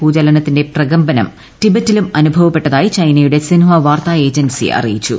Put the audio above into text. ഭൂചലനത്തിന്റെ പ്രകമ്പനം ടിബറ്റിലും അനുഭവപ്പെട്ടതായി ചൈനയുടെ സിൻഹ്വ വാർത്താ ഏജൻസി അറിയിച്ചു